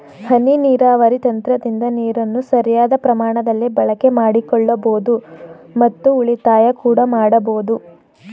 ಹನಿ ನೀರಾವರಿ ತಂತ್ರದಿಂದ ನೀರನ್ನು ಸರಿಯಾದ ಪ್ರಮಾಣದಲ್ಲಿ ಬಳಕೆ ಮಾಡಿಕೊಳ್ಳಬೋದು ಮತ್ತು ಉಳಿತಾಯ ಕೂಡ ಮಾಡಬೋದು